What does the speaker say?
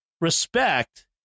respect